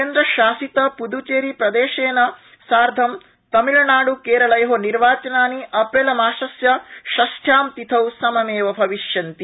केन्द्रशासितप्दच्चेरीप्रदेशेन साधं तमिलनाड़ केरलयो निर्वाचनानि अप्रैलमासस्य षष्ठ्यां तिथौ सममेव भविष्यन्ति